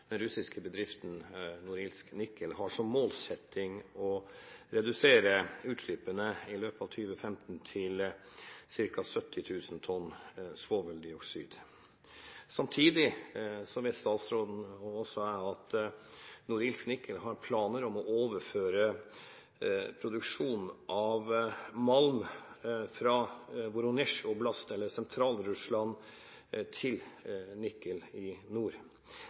den russiske bedriften Norilsk Nickel har som målsetting å redusere utslippene i løpet av 2015 til ca. 70 000 tonn svoveldioksid. Samtidig vet statsråden, og også jeg, at Norilsk Nickel har planer om å overføre produksjonen av malm fra Voronezh Oblast – eller Sentral-Russland – til Nikel i nord.